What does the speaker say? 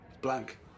Blank